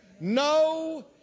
no